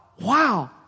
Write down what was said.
wow